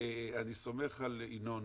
אני סומך על ינון,